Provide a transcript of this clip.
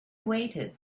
waited